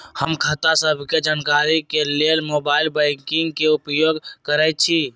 हम खता सभके जानकारी के लेल मोबाइल बैंकिंग के उपयोग करइछी